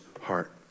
heart